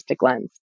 lens